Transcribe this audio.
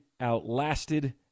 outlasted